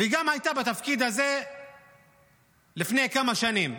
וגם הייתה בתפקיד הזה לפני כמה שנים,